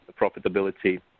profitability